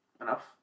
Enough